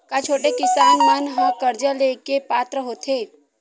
का छोटे किसान मन हा कर्जा ले के पात्र होथे?